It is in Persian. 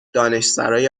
دانشسرای